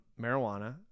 marijuana